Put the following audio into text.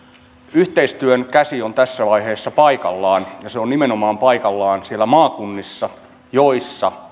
yhteistyön käsi on tässä vaiheessa paikallaan ja se on nimenomaan paikallaan siellä maakunnissa joissa